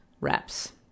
reps